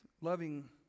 loving